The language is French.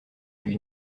lui